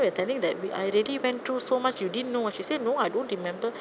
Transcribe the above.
we were telling that I already went through so much you didn't know ah she said no I don't remember